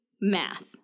math